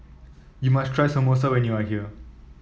you must try Samosa when you are here